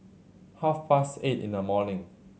half past eight in the morning